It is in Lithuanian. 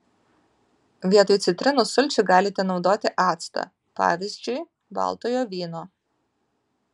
vietoj citrinų sulčių galite naudoti actą pavyzdžiui baltojo vyno